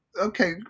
Okay